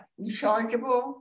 rechargeable